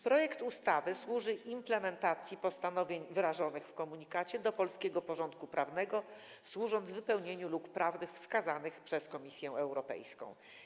Projekt ustawy służy implementacji postanowień wyrażonych w komunikacie do polskiego porządku prawnego, służąc wypełnieniu luk prawnych wskazanych przez Komisję Europejską.